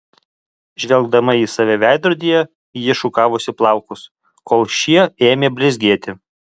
žvelgdama į save veidrodyje ji šukavosi plaukus kol šie ėmė blizgėti